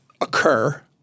occur –